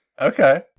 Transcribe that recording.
Okay